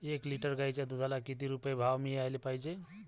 एक लिटर गाईच्या दुधाला किती रुपये भाव मिळायले पाहिजे?